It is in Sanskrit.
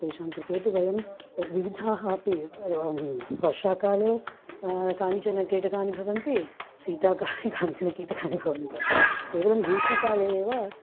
तेषां कृते तु वयं विविधाः अपि व वर्षाकाले कानिचन कीटकानि भवन्ति शीतकाले कानिचन कीटकानि भवन्ति केवलं ग्रीष्मकाले एव